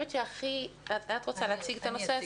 את רוצה להציג את הנושא?